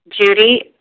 Judy